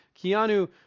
Keanu